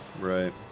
Right